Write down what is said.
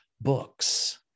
books